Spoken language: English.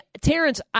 Terrence